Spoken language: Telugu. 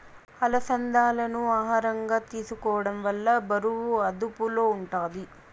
అలసందాలను ఆహారంగా తీసుకోవడం వల్ల బరువు అదుపులో ఉంటాది